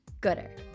Gooder